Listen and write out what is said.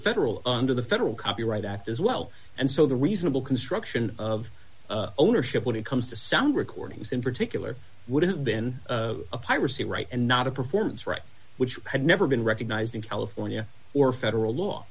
federal under the federal copyright act as well and so the reasonable construction of ownership when it comes to sound recordings in particular would have been a piracy right and not a performance right which had never been recognized in california or federal law